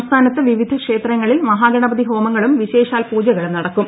സംസ്ഥാനത്ത് വിവിധ ക്ഷേത്രങ്ങളിൽ മഹാഗണപതി ഹോമങ്ങളും വിശേഷാൽ പൂജകളും നടക്കും